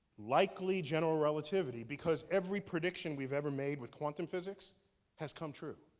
likely, general relativity, because every prediction we've ever made with quantum physics has come true.